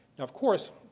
of course,